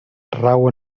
rau